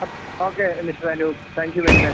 okay okay mister Anoop thank you very much